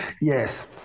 Yes